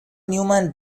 newman